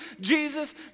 Jesus